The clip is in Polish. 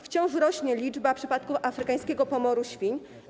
Wciąż rośnie liczba przypadków afrykańskiego pomoru świń.